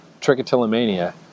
trichotillomania